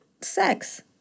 sex